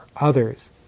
others